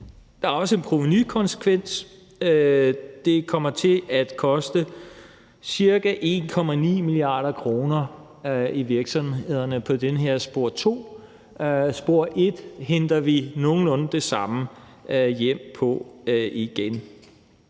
Der er også en provenukonsekvens. Det kommer til at koste ca. 1,9 mia. kr. i virksomhederne i det her andet spor. I det første spor henter vi nogenlunde det samme hjem igen.